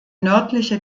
nördliche